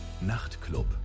Nachtclub